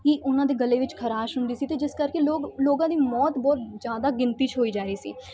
ਹੀ ਉਹਨਾਂ ਦੇ ਗਲੇ ਵਿੱਚ ਖਰਾਸ਼ ਹੁੰਦੀ ਸੀ ਅਤੇ ਜਿਸ ਕਰਕੇ ਲੋਕ ਲੋਕਾਂ ਦੀ ਮੌਤ ਬਹੁਤ ਜ਼ਿਆਦਾ ਗਿਣਤੀ 'ਚ ਹੋਈ ਜਾ ਰਹੀ ਸੀ